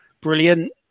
Brilliant